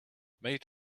made